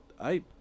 I